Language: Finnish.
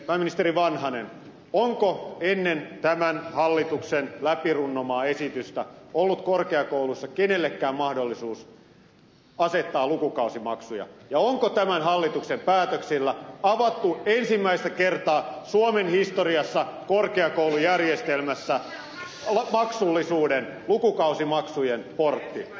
pääministeri vanhanen onko ennen tämän hallituksen läpi runnomaa esitystä ollut korkeakouluissa kenellekään mahdollisuus asettaa lukukausimaksuja ja onko tämän hallituksen päätöksillä avattu ensimmäistä kertaa suomen historiassa korkeakoulujärjestelmässä maksullisuuden lukukausimaksujen portti